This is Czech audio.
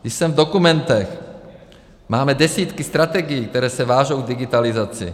Když jsem v dokumentech, máme desítky strategií, které se vážou k digitalizaci.